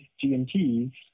GMTs